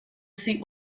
seat